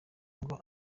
ngo